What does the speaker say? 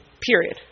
period